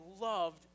loved